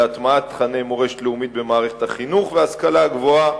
להטמעת תוכני מורשת לאומית במערכת החינוך וההשכלה הגבוהה,